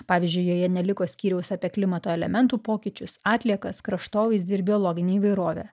pavyzdžiui joje neliko skyriaus apie klimato elementų pokyčius atliekas kraštovaizdį ir biologinę įvairovę